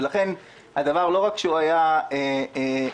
לכן הדבר לא רק שהיה אפשרות,